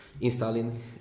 installing